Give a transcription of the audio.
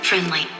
Friendly